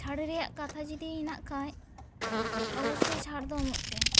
ᱪᱷᱟᱹᱲ ᱨᱮᱭᱟᱜ ᱠᱟᱛᱷᱟ ᱡᱩᱫᱤ ᱦᱮᱱᱟᱜ ᱠᱷᱟᱡ ᱚᱵᱚᱥᱥᱚᱭ ᱪᱷᱟᱲ ᱫᱚ ᱮᱢᱚᱜ ᱯᱮ